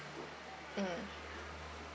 mm